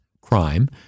crime—